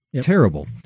Terrible